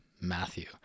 matthew